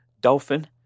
dolphin